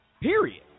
Period